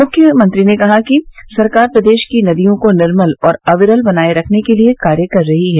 मुख्यमंत्री ने कहा कि सरकार प्रदेश की नदियों को निर्मल और अविरल बनाए रखने के लिए कार्य कर रही है